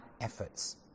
efforts